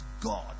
God